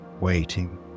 waiting